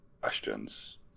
questions